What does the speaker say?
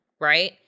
right